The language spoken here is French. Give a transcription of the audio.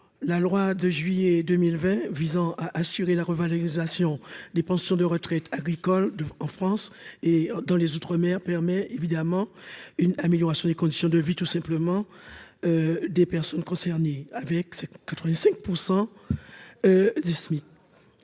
la loi de juillet 2020, visant à assurer la revalorisation des pensions de retraite agricole en France et dans les outre-mer permet évidemment une amélioration des conditions de vie tout simplement des personnes concernées, avec ses 85 % du SMIC